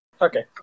Okay